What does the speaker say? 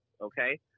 Okay